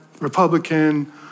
Republican